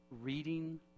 reading